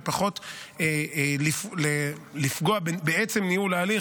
ופחות לפגוע בעצם ניהול ההליך,